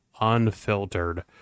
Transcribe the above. unfiltered